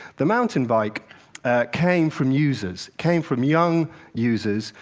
the mountain bike came from users, came from young users,